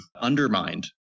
undermined